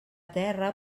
terra